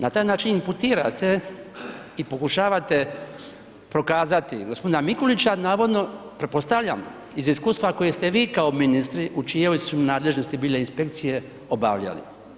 Na taj način imputirate i pokušavate prokazati gospodina Mikulića navodno pretpostavljam iz iskustva koje ste vi kao ministri u čijoj su nadležnosti bile inspekcije obavljali.